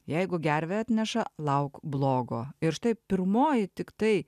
jeigu gervė atneša lauk blogo ir štai pirmoji tiktai